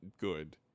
good